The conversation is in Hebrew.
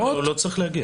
לא, הוא לא צריך להגיע.